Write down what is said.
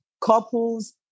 couples